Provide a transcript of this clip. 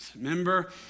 Remember